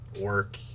work